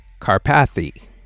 Carpathy